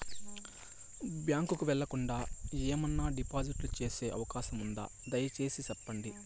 Bank కు వెళ్లకుండా, ఏమన్నా డిపాజిట్లు సేసే అవకాశం ఉందా, దయసేసి సెప్పండి?